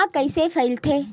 ह कइसे फैलथे?